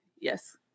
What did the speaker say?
yes